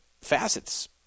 facets